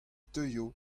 teuio